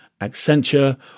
Accenture